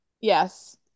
Yes